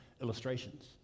illustrations